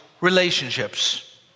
relationships